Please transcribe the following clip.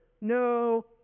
No